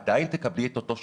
עדיין תקבלי את אותו שירות.